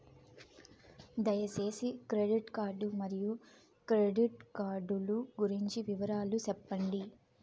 దయసేసి credit card మరియు credit card లు గురించి వివరాలు సెప్పండి?